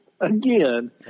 again